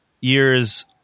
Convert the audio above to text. year's